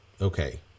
okay